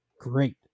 great